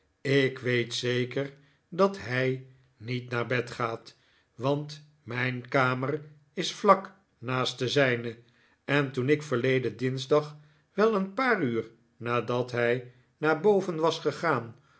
ik weet zeker dat hij niet naar bed gaat want mijn kamer is vlak naast de zijne en toen ik verleden dinsdag wel een paar uur nadat hij naar boven was gegaan